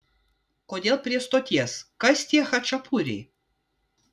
kodėl prie stoties kas tie chačapuriai